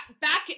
back